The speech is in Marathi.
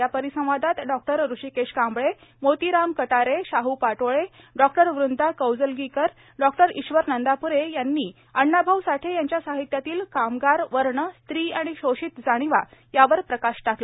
या परिसंवादात doctor Rishikesh Kamble Motiram Katare Shahu Patole doctor Vrinda Kaujalgikar doctor Ishwar Nandapure यांनी अण्णाभाऊ साठे यांच्या साहित्यातील कामगार वर्ण स्त्री आणि शोषित जाणिवा यावर प्रकाश टाकला